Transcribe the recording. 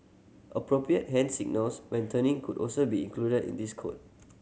appropriate hand signals when turning could also be included in this code